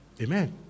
Amen